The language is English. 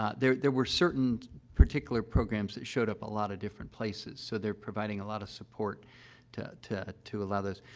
there there were certain particular programs that showed up a lot of different places, so they're providing a lot of support to to to a lot of those.